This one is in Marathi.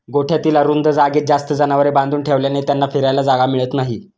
गोठ्यातील अरुंद जागेत जास्त जनावरे बांधून ठेवल्याने त्यांना फिरायला जागा मिळत नाही